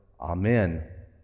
Amen